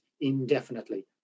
indefinitely